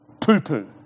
poo-poo